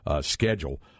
schedule